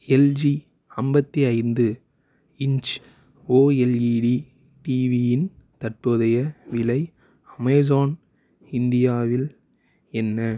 LG ஐம்பத்தி ஐந்து inch O L E D TV இன் தற்போதைய விலை அமேசான் இந்தியாவில் என்ன